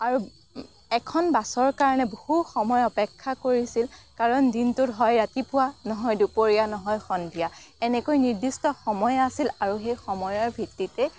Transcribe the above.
আৰু এখন বাছৰ কাৰণে মানুহে বহু সময় অপেক্ষা কৰিছিল কাৰণ দিনটোত হয় ৰাতিপুৱা নহয় দুপৰীয়া নহয় সন্ধিয়া এনেকৈ নিৰ্দিষ্ট সময় আছিল আৰু সেই সময়ৰ ভিত্তিতে